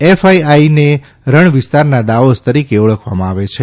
એફઆઇઆઇને રણ વિસ્તારના દાવોસ તરીકે સોંપવામાં આવે છે